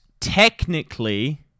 technically